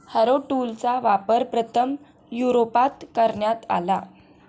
Harrow टूलचा वापर प्रथम युरोपात करण्यात आला